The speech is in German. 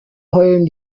heulen